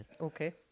Okay